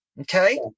Okay